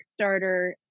Kickstarter